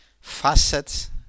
facets